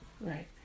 Right